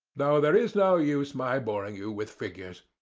though there is no use my boring you with figures.